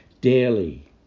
Daily